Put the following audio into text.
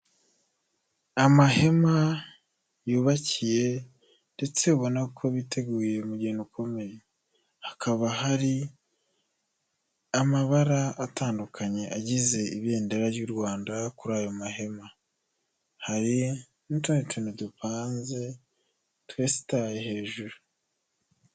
Amahema yubakiye ndetse ubona ko biteguye umugeni ukomeye. Hakaba hari amabara atandukanye agize ibendera ry'u Rwanda. Kuri ayo mahema hari nutundi tuntu dupanze twesitaye hejuru.